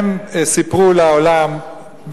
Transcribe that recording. הם סיפרו לעולם,